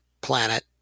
planet